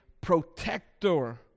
protector